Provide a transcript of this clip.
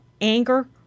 anger